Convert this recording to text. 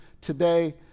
today